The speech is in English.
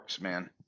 man